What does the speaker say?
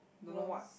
worms